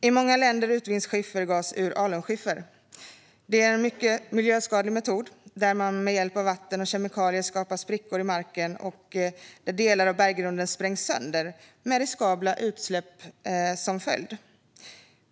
I många länder utvinns skiffergas ur alunskiffer. Det är en mycket miljöskadlig metod där man med hjälp av vatten och kemikalier skapar sprickor i marken och delar av berggrunden sprängs sönder, med riskabla utsläpp som följd.